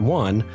one